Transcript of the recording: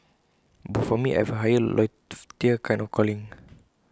but for me I have A higher loftier kind of calling